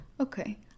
okay